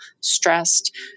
stressed